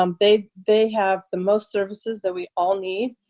um they they have the most services that we all need.